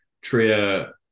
Tria